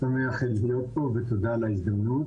שמח להיות פה ותודה על ההזדמנות.